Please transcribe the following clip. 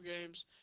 games